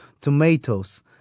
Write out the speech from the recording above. tomatoes